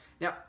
Now